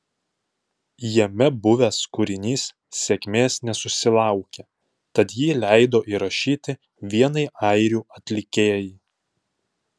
jame buvęs kūrinys sėkmės nesusilaukė tad jį leido įrašyti vienai airių atlikėjai